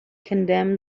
condemned